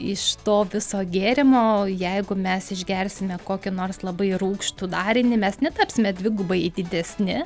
iš to viso gėrimo jeigu mes išgersime kokį nors labai rūgštų darinį mes netapsime dvigubai didesni